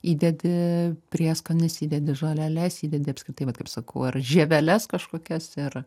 įdedi prieskonius įdedi žoleles įdedi apskritai vat kaip sakau ar žieveles kažkokias ir